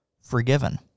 forgiven